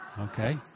Okay